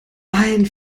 ein